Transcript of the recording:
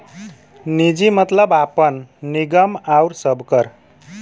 निजी मतलब आपन, निगम आउर सबकर